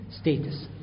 status